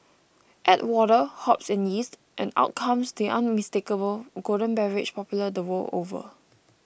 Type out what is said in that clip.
add water hops and yeast and out comes the unmistakable golden beverage popular the world over